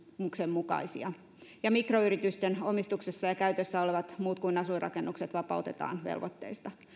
mukaisia ja mikroyritysten omistuksessa ja käytössä olevat muut kuin asuinrakennukset vapautetaan velvoitteista